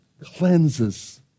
Cleanses